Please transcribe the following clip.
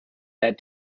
that